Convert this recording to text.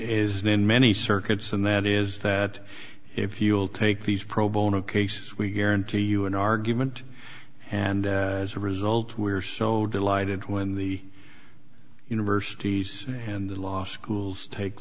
then many circuits and that is that if you will take these pro bono cases we guarantee you an argument and as a result we're so delighted when the universities and the law schools take